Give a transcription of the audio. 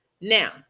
Now